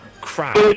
crap